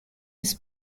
his